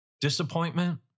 disappointment